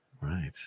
right